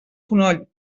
fonoll